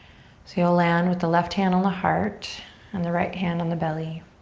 so you'll land with the left hand on the heart and the right hand on the belly.